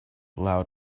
loud